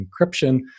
encryption